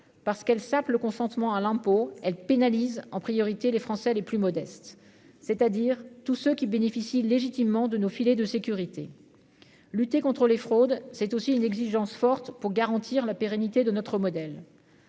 parce qu'elle sape le consentement à l'impôt, elle pénalise en priorité, les Français les plus modestes, c'est-à-dire tous ceux qui bénéficient légitimement de nos filets de sécurité lutter contre les fraudes, c'est aussi une exigence forte pour garantir la pérennité de notre modèle,